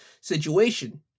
situation